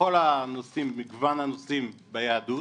בכל מגוון הנושאים ביהדות,